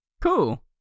Cool